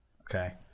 Okay